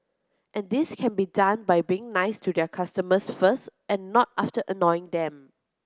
and this can be done by being nice to their customers first and not after annoying them